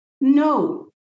no